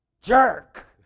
jerk